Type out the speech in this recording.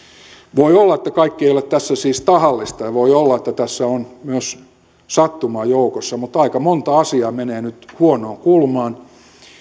voi olla että kaikki ei ole tässä siis tahallista ja voi olla että tässä on myös sattumaa joukossa mutta aika monta asiaa menee nyt huonoon kulmaan